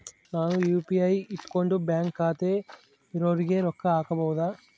ನಾನು ಯು.ಪಿ.ಐ ಇಟ್ಕೊಂಡು ಬ್ಯಾಂಕ್ ಖಾತೆ ಇರೊರಿಗೆ ರೊಕ್ಕ ಹಾಕಬಹುದಾ?